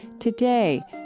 today,